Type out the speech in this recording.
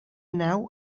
nau